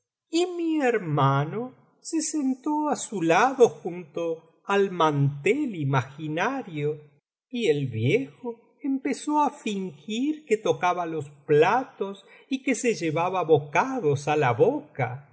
y mi hermano se sentó á su lado junto al mantel imaginario y el viejo empezó á fingir que tocaba los platos y que se llevaba bocados á la boca y